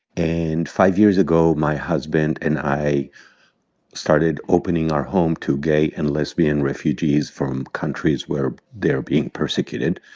and five years ago, my husband and i started opening our home to gay and lesbian refugees from countries where they're being persecuted.